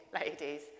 ladies